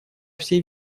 всей